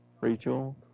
Rachel